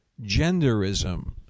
genderism